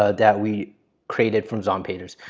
ah that we created from zonpages.